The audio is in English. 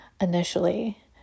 initially